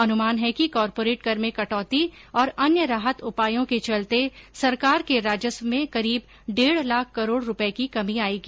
अनुमान है कि कॉरपोरेट कर में कटौती और अन्य राहत उपायों के चलते सरकार के राजस्व में करीब डेढ़ लाख करोड़ रुपये की कमी आएगी